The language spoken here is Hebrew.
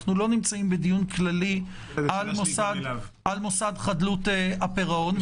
אנו לא נמצאים בדיון כללי על מוסד חדלות הפירעון.